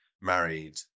married